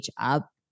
up